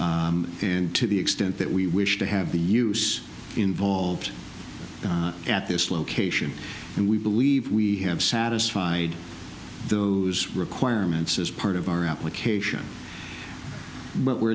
and to the extent that we wish to have the use involved at this location and we believe we have satisfied those requirements as part of our application what we're